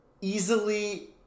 easily